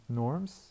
norms